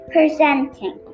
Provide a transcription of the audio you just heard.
Presenting